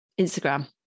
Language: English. Instagram